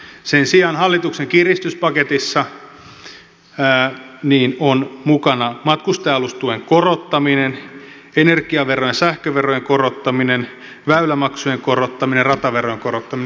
sen sijaan hallituksen kiristyspaketissa on mukana matkustaja alustuen korottaminen energiaverojen sähköverojen korottaminen väylämaksujen korottaminen rataverojen korottaminen